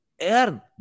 earn